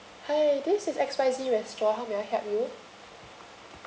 and this is Xspices restaurant how may I help you